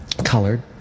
colored